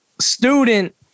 student